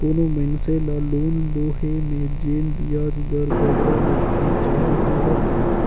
कोनो मइनसे ल लोन लोहे में जेन बियाज दर बगरा लगथे चहे ओहर